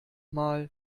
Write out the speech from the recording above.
mal